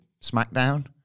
SmackDown